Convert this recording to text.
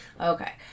okay